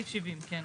סעיף 70, כן.